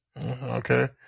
Okay